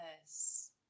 Yes